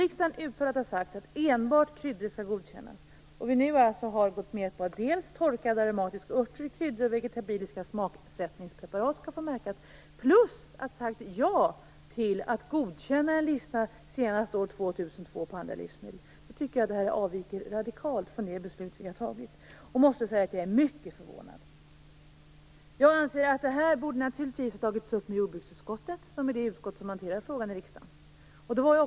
Riksdagen har klart sagt att enbart kryddor skall godkännas. Men Sverige har nu gått med på att torkade aromatiska örter, kryddor och vegetabiliska smaksättningspreparat skall få bestrålas och även sagt ja till att senast år 2002 godkänna en lista på andra livsmedel. Jag tycker att detta avviker radikalt från det beslut riksdagen har fattat, och jag måste säga att jag är mycket förvånad. Jag anser att detta naturligtvis borde ha tagits upp i jordbruksutskottet, som är det utskott som hanterar frågan i riksdagen.